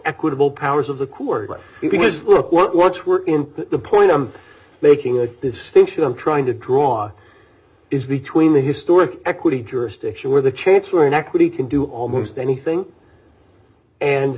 equitable powers of the court because look what what's where in the point i'm making a distinction i'm trying to draw is between the historic equity jurisdiction where the chance for an equity can do almost anything and